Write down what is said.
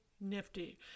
nifty